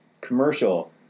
commercial